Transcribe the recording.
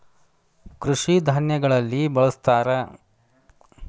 ಕೃಷಿ ಧಾನ್ಯಗಳಲ್ಲಿ ಬಳ್ಸತಾರ